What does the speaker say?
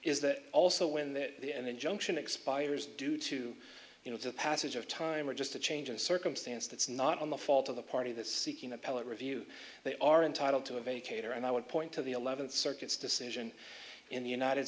is that also when that the an injunction expires due to you know the passage of time or just a change in circumstance that's not on the fault of the party that's seeking appellate review they are entitled to have a caterer and i would point to the eleventh circuit is decision in the united